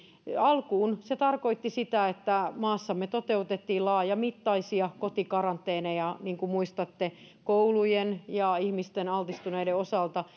alkuun se tarkoitti sitä että maassamme toteutettiin laajamittaisia kotikaranteeneja niin kuin muistatte koulujen ja altistuneiden ihmisten osalta